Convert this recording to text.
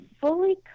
fully